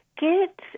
get